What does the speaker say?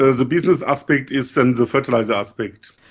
ah the business aspect is then the fertiliser aspect.